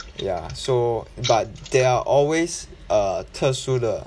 ya so but there are always err 特殊的